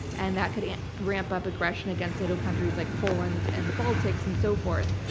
and that could and ramp up aggression against nato countries like poland and the baltics and so forth.